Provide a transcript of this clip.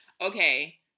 Okay